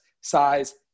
size